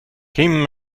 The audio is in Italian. kim